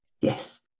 Yes